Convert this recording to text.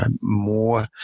more